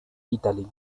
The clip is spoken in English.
italy